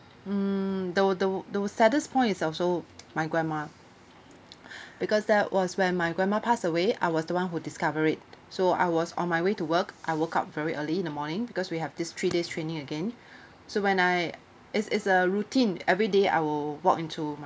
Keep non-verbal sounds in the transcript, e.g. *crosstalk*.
mm the the the saddest point is also *noise* my grandma *breath* because that was when my grandma passed away I was the one who discover it so I was on my way to work I woke up very early in the morning because we have this three days training again *breath* so when I is is a routine everyday I will walk into my